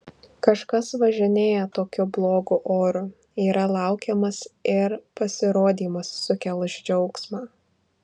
kažkas važinėja tokiu blogu oru yra laukiamas ir pasirodymas sukels džiaugsmą